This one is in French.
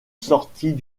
sortit